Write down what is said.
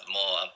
more